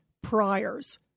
priors